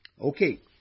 Okay